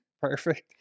perfect